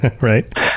right